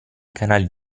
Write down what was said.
canali